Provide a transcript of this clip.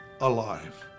alive